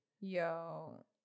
yo